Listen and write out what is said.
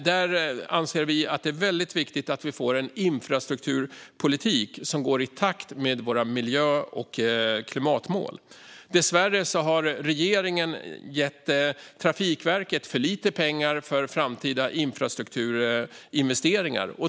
Där framhåller vi att det är väldigt viktigt att vi får en infrastrukturpolitik som går i takt med våra miljö och klimatmål. Dessvärre har regeringen gett Trafikverket för lite pengar för framtida infrastrukturinvesteringar.